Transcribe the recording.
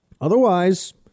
Otherwise